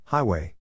Highway